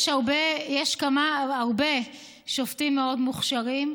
יש הרבה שופטים מאוד מוכשרים,